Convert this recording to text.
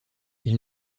ils